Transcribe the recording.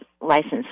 license